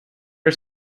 are